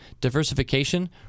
diversification